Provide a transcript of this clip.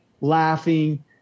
laughing